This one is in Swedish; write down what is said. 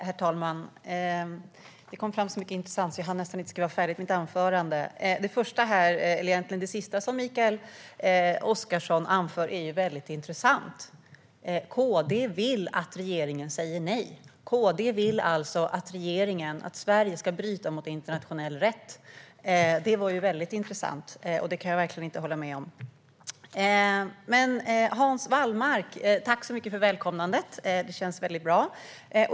Herr talman! Det sas så mycket intressant att jag nästan inte hann skriva färdigt mitt anförande. Det sista som Mikael Oscarsson anförde är väldigt intressant. KD vill att regeringen säger nej. KD vill alltså att Sverige ska bryta mot internationell rätt. Det var väldigt intressant, men jag kan verkligen inte hålla med. Hans Wallmark! Tack för välkomnandet! Det känns bra.